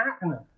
happening